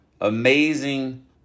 Amazing